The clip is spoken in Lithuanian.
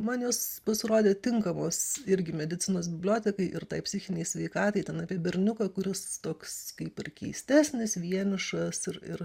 man jos pasirodė tinkamos irgi medicinos bibliotekai ir tai psichinei sveikatai ten apie berniuką kuris toks kaip ir keistesnis vienišas ir ir